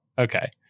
okay